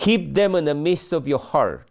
keep them in the midst of your heart